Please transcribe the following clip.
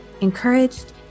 encouraged